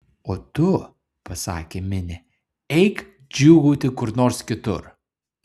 o tu pasakė minė eik džiūgauti kur nors kitur